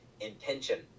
intention